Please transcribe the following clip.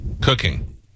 Cooking